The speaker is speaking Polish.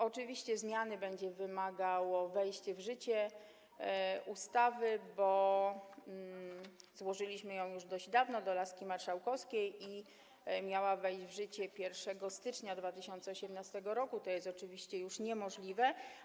Oczywiście zmiany będzie wymagał termin wejścia w życie ustawy, bo złożyliśmy ją już dość dawno do laski marszałkowskiej i miała ona wejść w życie 1 stycznia 2018 r., a to jest oczywiście już niemożliwe.